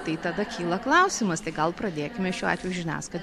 tai tada kyla klausimas tai gal pradėkime šiuo atveju žiniasklaida